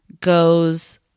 goes